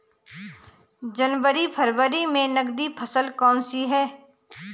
जनवरी फरवरी में नकदी फसल कौनसी है?